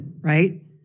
right